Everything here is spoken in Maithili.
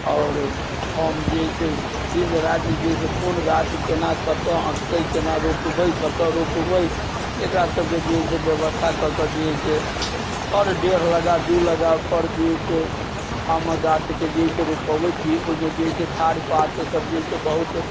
आओर हम जे है से दिन राति जे है से कोन गाछ केना कतौ अँटतै केना रोपबै कतौ रोपबै एकरा सबके जे है से व्यवस्था कऽके जे है से हर डेढ़ लग्गा दू लग्गापर जे है से आमक गाछके जे है से रोपबै छी ओइमे जे है से ठाड़ पात सब जे है से बहुत